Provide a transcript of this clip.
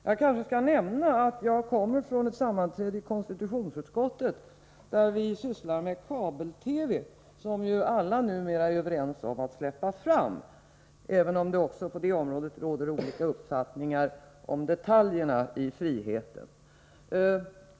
Jag skall kanske nämna att jag just kommer från ett sammanträde i konstitutionsutskottet, där vi sysslar med frågan om kabel-TV — något som alla numera är överens om att vi skall släppa fram, även om det också på det området råder olika uppfattningar om detaljerna när det gäller friheten.